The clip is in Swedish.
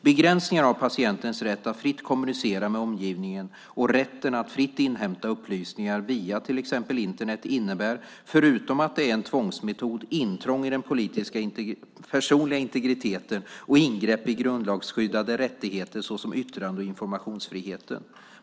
Begränsningar av patienternas rätt att fritt kommunicera med omgivningen och rätten att fritt inhämta upplysningar via till exempel Internet innebär, förutom att det är en tvångsmetod, intrång i den personliga integriteten och ingrepp i grundlagsskyddade rättigheter såsom yttrande och informationsfriheten.